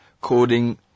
coding